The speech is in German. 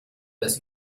das